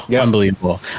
unbelievable